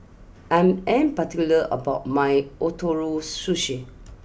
I'm am particular about my Ootoro Sushi